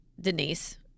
Denise